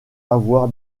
avoir